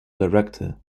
director